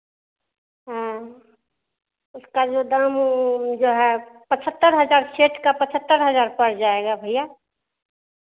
हाँ उसका जो दाम ओम जो है पचहत्तर हज़ार सेट का पचहत्तर हज़ार पड़ जाएगा भैया